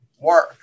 work